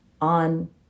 on